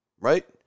right